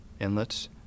inlets